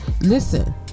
listen